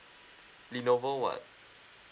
lenovo what